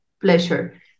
pleasure